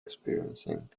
experiencing